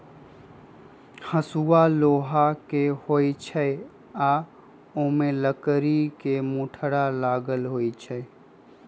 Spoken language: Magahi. हसुआ लोहा के होई छई आ ओमे लकड़ी के मुठरा लगल होई छई